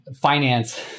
finance